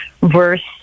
verse